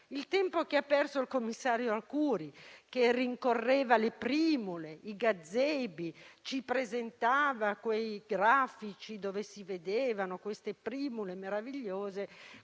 il tempo che ha perso il commissario Arcuri, che rincorreva le primule, i gazebi, presentandoci grafici in cui si vedevano queste primule meravigliose,